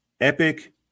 epic